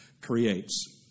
creates